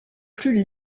plus